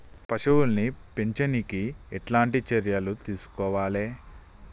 పశువుల్ని పెంచనీకి ఎట్లాంటి చర్యలు తీసుకోవాలే?